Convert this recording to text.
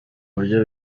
buryo